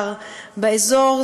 בהר באזור,